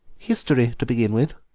history to begin with,